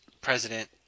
President